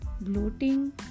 bloating